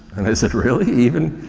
and i said really? even,